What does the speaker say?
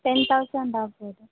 ten thousand ಆಗ್ಬೌದು